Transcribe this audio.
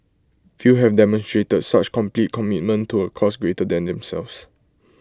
few have demonstrated such complete commitment to A cause greater than themselves